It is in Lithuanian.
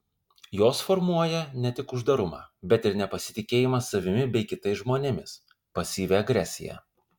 jos formuoja ne tik uždarumą bet ir nepasitikėjimą savimi bei kitais žmonėmis pasyvią agresiją